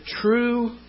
true